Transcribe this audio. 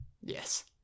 Yes